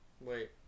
Wait